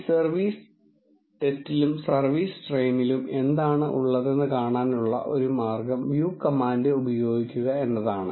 ഈ സർവീസ് ടെസ്റ്റിലും സർവീസ് ട്രെയിനിലും എന്താണ് ഉള്ളതെന്ന് കാണാനുള്ള ഒരു മാർഗ്ഗം വ്യൂ കമാൻഡ് ഉപയോഗിക്കുക എന്നതാണ്